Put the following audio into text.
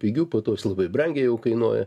pigiu po to jis labai brangiai jau kainuoja